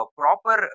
proper